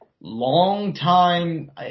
long-time